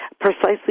precisely